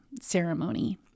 ceremony